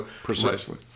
Precisely